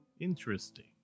Interesting